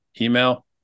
email